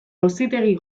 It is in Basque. auzitegi